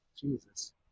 Jesus